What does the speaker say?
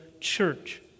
church